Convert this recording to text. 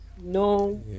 no